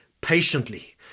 patiently